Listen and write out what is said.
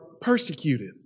persecuted